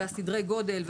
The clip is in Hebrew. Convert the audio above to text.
את סדרי הגודל,